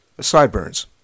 Sideburns